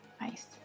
Nice